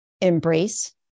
embrace